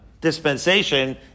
dispensation